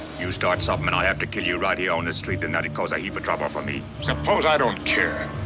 you start something, and i'll have to kill you right here on the street, and that'd cause a heap of trouble for me. suppose l don't care?